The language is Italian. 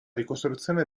ricostruzione